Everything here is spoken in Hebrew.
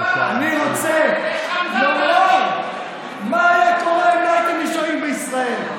אני רוצה לומר מה היה קורה אם לא הייתם נשארים בישראל.